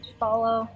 follow